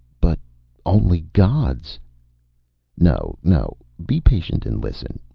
but only gods no, no. be patient and listen,